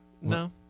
No